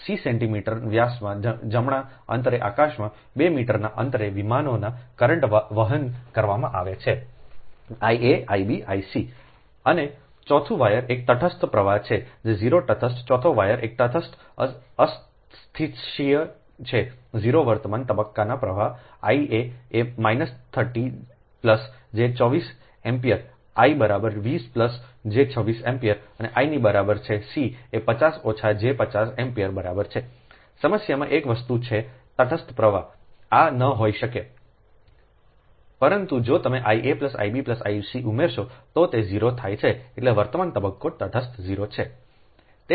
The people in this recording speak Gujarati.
c સેન્ટિમીટર વ્યાસમાં જમણા અંતરે આકાશમાં 2 મીટરના અંતરે વિમાનોમાં કરંટ વહન કરવામાં આવે છે I a I b I c અને ચોથું વાયર એક તટસ્થ પ્રવાહ છે 0 તટસ્થ ચોથા વાયર એક તટસ્થ અસ્થિક્ષય છે 0 વર્તમાન તબક્કાના પ્રવાહો Ia એ માઈનસ 30 જે 24 એમ્પીયર I બરાબર 20 j 26 એમ્પીયર I ની બરાબર છે c એ 50 ઓછા j 50 એમ્પીયર બરાબર છેસમસ્યામાં એક વસ્તુ છે તટસ્થ પ્રવાહ આ ન હોઈ શકે પરંતુ જો તમે I a I b I c ઉમેરશો તો તે 0 થાય છે એટલે વર્તમાન તબક્કો તટસ્થ 0 છે